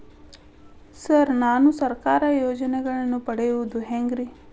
Sir ನಾನು ಸರ್ಕಾರ ಯೋಜೆನೆಗಳನ್ನು ಪಡೆಯುವುದು ಹೆಂಗ್ರಿ?